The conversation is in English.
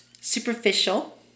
superficial